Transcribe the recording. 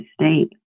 state